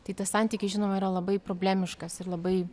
tai tas santykis žinoma yra labai problemiškas ir labai